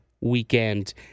weekend